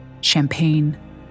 Champagne